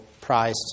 prized